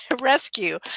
rescue